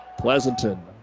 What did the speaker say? Pleasanton